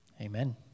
Amen